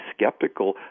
skeptical